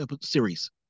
series